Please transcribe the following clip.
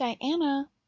Diana